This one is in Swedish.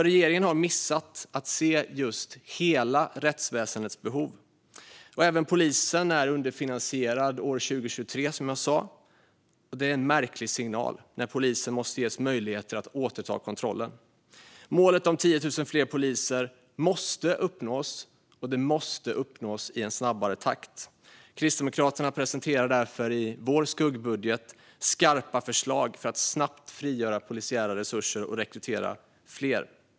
Regeringen har missat att se hela rättsväsendets behov. Även polisen är underfinansierad för år 2023, som jag sa. Det är en märklig signal när polisen måste ges möjligheter att återta kontrollen. Målet om 10 000 fler polisanställda måste uppnås, och det måste nås i en snabbare takt. Vi kristdemokrater presenterar därför i vår skuggbudget skarpa förslag för att snabbt frigöra polisiära resurser och rekrytera fler.